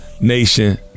Nation